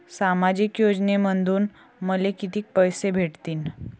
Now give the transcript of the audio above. सामाजिक योजनेमंधून मले कितीक पैसे भेटतीनं?